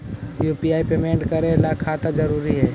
UPI payment करे ला खाता जरूरी है?